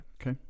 Okay